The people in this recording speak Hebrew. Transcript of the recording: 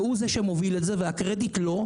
הוא זה שמוביל את זה והקרדיט לו,